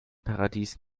paradies